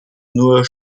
nur